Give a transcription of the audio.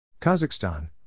Kazakhstan